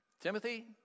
Timothy